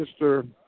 Mr